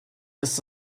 ist